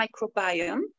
microbiome